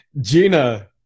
Gina